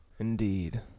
Indeed